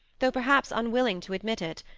though perhaps unwilling to admit it,